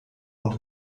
und